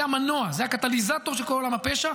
זה המנוע, זה הקטליזטור של כל העולם הפשע.